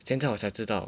现在我才知道